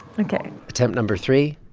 ok tip number three,